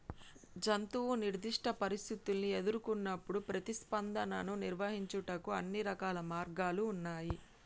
జంతువు నిర్దిష్ట పరిస్థితుల్ని ఎదురుకొన్నప్పుడు ప్రతిస్పందనను నిర్వహించుటకు అన్ని రకాల మార్గాలు ఉన్నాయి